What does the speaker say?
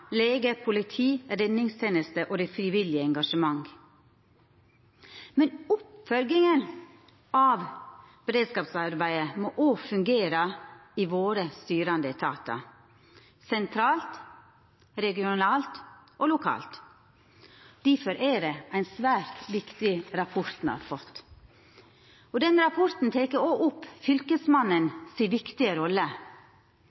lege, politi, redningsteneste og det frivillige engasjementet. Men oppfølginga av beredskapsarbeidet må òg fungera i våre styrande etatar, sentralt, regionalt og lokalt. Difor er det ein svært viktig rapport me har fått. Denne rapporten tek òg opp Fylkesmannens viktige rolle. Eg er einig med fylkesmannen i Sogn og